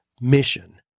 mission